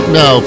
no